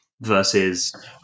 versus